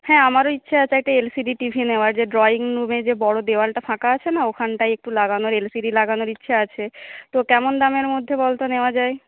হ্যাঁ আমারও ইচ্ছা আছে একটা এলসিডি টিভি নেওয়ার যে ড্রয়িং রুমে যে বড়ো দেয়ালটা ফাঁকা আছে না ওখানটাই একটু লাগানোর এলসিডি লাগানোর ইচ্ছা আছে তো কেমন দামের মধ্যে বলতো নেওয়া যায়